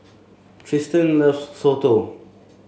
Tristin loves soto